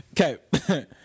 Okay